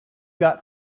got